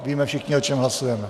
Víme všichni, o čem hlasujeme.